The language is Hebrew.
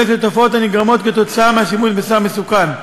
לתופעות הנגרמות כתוצאה מהשימוש בסם מסוכן.